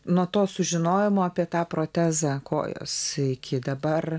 nuo to sužinojimo apie tą protezą kojos iki dabar